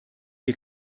die